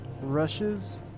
Rushes